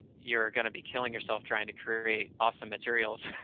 you're going to be killing yourself trying to create awesome materials,